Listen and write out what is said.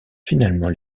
finalement